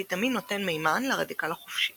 הוויטמין נותן מימן לרדיקל החופשי